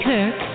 Kirk